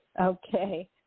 Okay